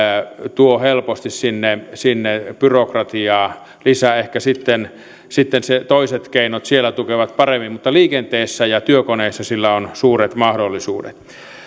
tuo helposti sinne sinne byrokratiaa lisää ehkä sitten sitten toiset keinot siellä tukevat paremmin mutta liikenteessä ja työkoneissa sillä on suuret mahdollisuudet